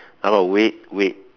hello wait wait